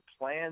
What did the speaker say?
plan